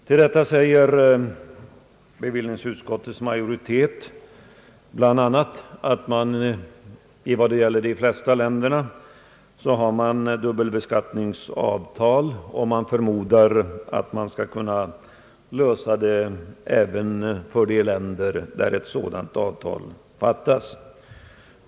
Till detta säger bevillningsutskottets majoritet bland annat att man beträffande de flesta länder har dubbelbeskattningsavtal och att man bör kunna lösa dessa frågor även när det gäller länder där sådant avtal saknas.